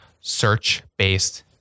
search-based